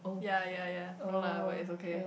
ya ya ya no lah but it's okay